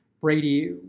Brady